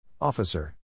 Officer